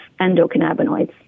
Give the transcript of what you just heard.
endocannabinoids